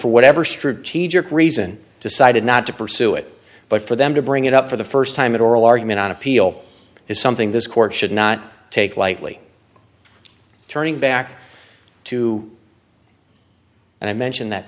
for whatever strategic reason decided not to pursue it but for them to bring it up for the st time in oral argument on appeal is something this court should not take lightly turning back to and i mentioned that